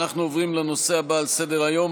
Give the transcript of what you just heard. אנחנו עוברים לנושא הבא על סדר-היום,